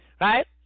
right